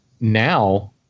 now